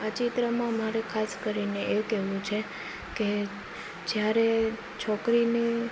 આ ચિત્રમાં મારે ખાસ કરીને એ કહેવું છે કે જ્યારે છોકરીને